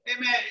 Amen